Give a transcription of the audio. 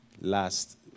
Last